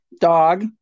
dog